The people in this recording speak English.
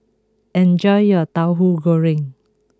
enjoy your Tauhu Goreng